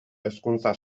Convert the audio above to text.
hezkuntza